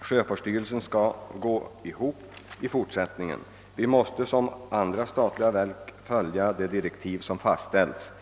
Sjöfartsstyrelsen skall gå ibop i fortsättningen. Vi måste som andra statliga verk följa de direktiv som fastställts.